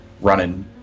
running